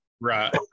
Right